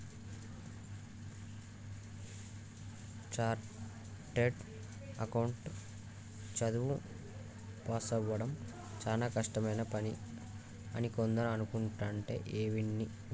chartered account చదువు పాసవ్వడం చానా కష్టమైన పని అని కొందరు అనుకుంటంటే వింటి